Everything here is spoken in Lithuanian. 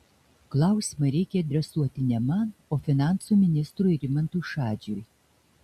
klausimą reikia adresuoti ne man o finansų ministrui rimantui šadžiui